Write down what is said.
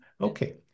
Okay